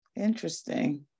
Interesting